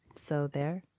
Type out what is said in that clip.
so there